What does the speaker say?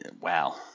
wow